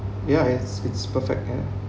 ya ya it's it's perfect and